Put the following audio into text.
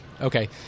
okay